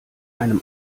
einem